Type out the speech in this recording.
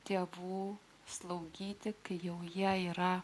tėvų slaugyti kai jau jie yra